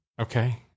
Okay